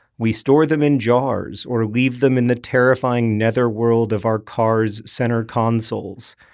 we store them in jars, or leaves them in the terrifying netherworld of our cars' center consoles.